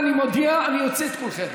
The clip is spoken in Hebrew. אני מודיע, אני מוציא את כולכם.